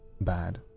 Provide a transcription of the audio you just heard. bad